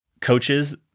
coaches